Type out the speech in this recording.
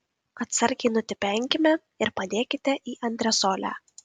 atsargiai nutipenkime ir padėkite į antresolę